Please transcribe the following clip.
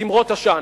ותימרות עשן.